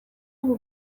ubu